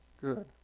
Good